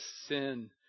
sin